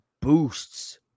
boosts